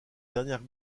dernière